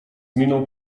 miną